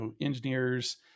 engineers